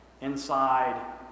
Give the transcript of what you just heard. inside